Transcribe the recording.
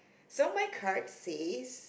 so my card says